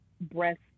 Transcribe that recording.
breast